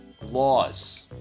laws